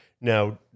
Now